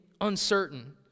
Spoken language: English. uncertain